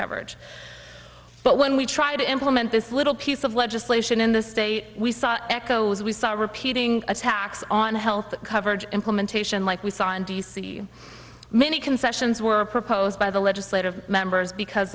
coverage but when we try to implement this little piece of legislation in the state echoes we saw repeating attacks on health coverage implementation like we saw in d c many concessions were proposed by the legislative members because